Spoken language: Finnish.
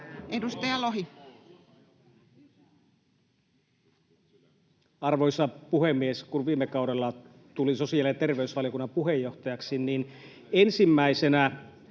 Content: Arvoisa puhemies! Kun viime kaudella tulin sosiaali- ja terveysvaliokunnan puheenjohtajaksi, niin ensimmäisenä